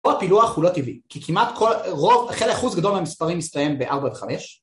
פה הפילוח הוא לא טבעי, כי כמעט כל רוב חלק אחוז גדול מהמספרים מסתיים בארבע וחמש